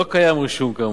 לא קיים רישום כאמור,